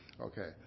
Okay